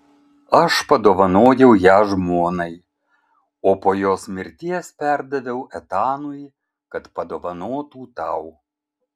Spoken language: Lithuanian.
aš padovanojau ją žmonai o po jos mirties perdaviau etanui kad padovanotų tau